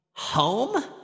Home